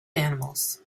animals